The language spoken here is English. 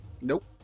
Nope